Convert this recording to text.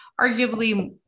arguably